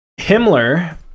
Himmler